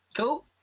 Cool